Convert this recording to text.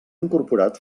incorporat